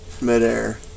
midair